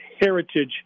heritage